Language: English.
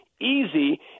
easy